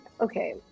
okay